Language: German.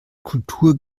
kultur